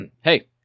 Hey